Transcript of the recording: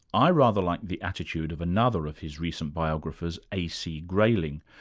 i rather like the attitude of another of his recent biographers, a. c. grayling,